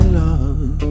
love